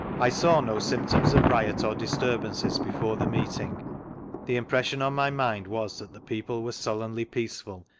i saw no symptoms of riot or disturbances before the meeting the impression on my mind was that the people were sullenly peaceful,